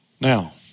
Now